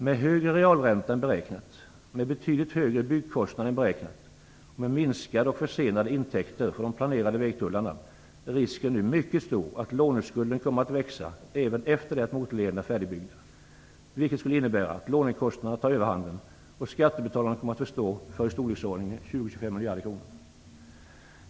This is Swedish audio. Med högre realränta än beräknat, med betydligt högre byggkostnader än beräknat och med minskade och försenade intäkter från de planerade vägtullarna är risken nu mycket stor att låneskulden växer även efter det att motorlederna är färdigbyggda, vilket innebär att lånekostnaderna tar överhand och skattebetalarna får stå för i storleksordningen 20-25 miljarder kronor.